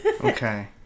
Okay